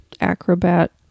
acrobat